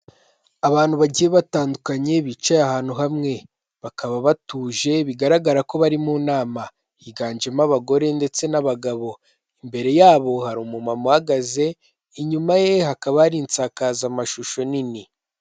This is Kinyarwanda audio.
Abantu bagiye batandukanye bicaye ahantu hamwe, bakaba batuje bigaragara ko bari mu nama, higanjemo abagore ndetse n'abagabo, imbere yabo hari umumama uhagaze inyuma ye hakaba hari insakazamashusho nini.